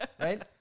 Right